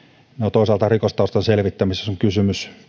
toisaalta rikostaustan selvittämisessä on kysymys